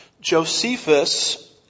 Josephus